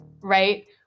right